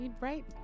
Right